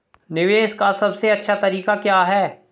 निवेश का सबसे अच्छा तरीका क्या है?